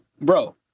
Bro